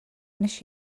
nes